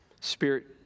Spirit